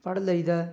ਪੜ੍ਹ ਲਈਦਾ